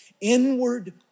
inward